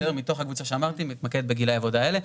היא מתמקדת בגילאי העבודה האלה.